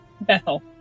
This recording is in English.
Bethel